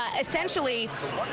ah essentially.